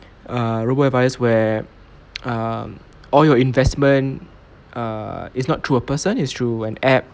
err robo advisors where um all your investment err it's not through a person it's through an app